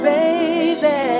Baby